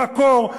בקור,